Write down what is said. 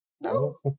No